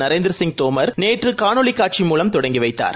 நரேந்திரசிய் தோமர் நேற்றுகாணொளிகாட்சி மூலம் தொடங்கிவைத்தார்